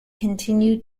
continued